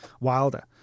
Wilder